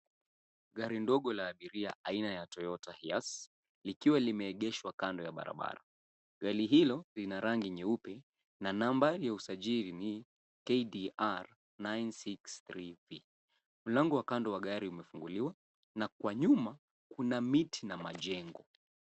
Gari ndogo la abiria aina ya Toyota Hiace likiwa limeegeshwa kando ya barabara. Gari hilo lina rangi nyeupe na nambari ya usajili ni KDR 963P. Mlango wa kando wa gari umefunguliwa na kwa nyuma kuna miti na majengo.